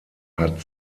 hat